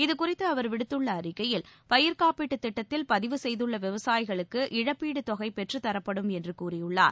இதுகுறித்து அவர் விடுத்துள்ள அறிக்கையில் பயிர் காப்பீட்டு திட்டத்தில் பதிவு செய்துள்ள விவசாயிகளுக்கு இழப்பீடு தொகை பெற்றுத் தரப்படும் என்றும் கூறியுள்ளார்